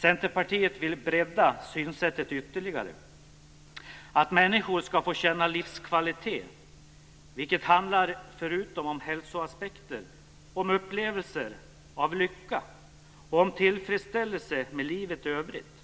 Centerpartiet vill bredda detta synsätt ytterligare till att människor ska få känna livskvalitet, vilket förutom om hälsoaspekter handlar om upplevelser av lycka och om tillfredsställelse med livet i övrigt.